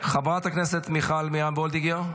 חברת הכנסת מיכל מרים וולדיגר,